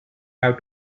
have